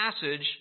passage